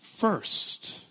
first